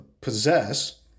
possess